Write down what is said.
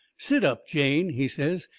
sit up, jane, he says,